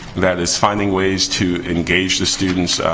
that is finding ways to engage the students,